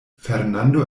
fernando